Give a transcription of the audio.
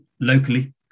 locally